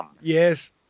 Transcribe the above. Yes